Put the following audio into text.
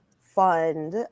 fund